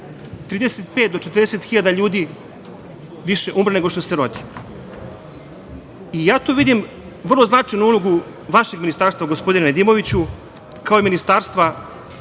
35.000 do 40.000 ljudi više umre nego što se rodi. Ja tu vidim vrlo značajnu ulogu vašeg ministarstva, gospodine Nedimoviću, kao i Ministarstva